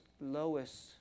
lowest